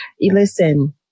Listen